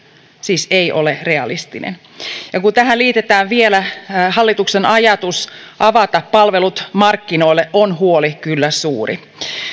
siis ei ole realistinen ja kun tähän liitetään vielä hallituksen ajatus avata palvelut markkinoille on huoli kyllä suuri